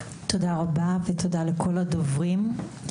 תודה רבה ותודה לכל הדוברים.